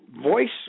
voice